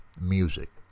music